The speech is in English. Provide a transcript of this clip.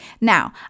Now